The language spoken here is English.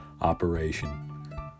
operation